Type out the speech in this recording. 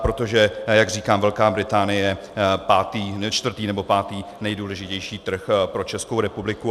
Protože, jak říkám, Velká Británii je čtvrtý nebo pátý nejdůležitější trh pro Českou republiku.